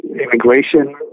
Immigration